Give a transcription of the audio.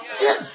yes